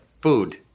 food